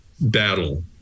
battle